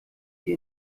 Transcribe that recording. die